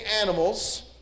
animals